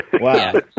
Wow